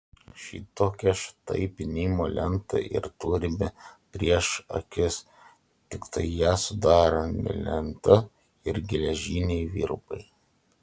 šitokią štai pynimo lentą ir turime prieš akis tiktai ją sudaro ne lenta ir geležiniai virbai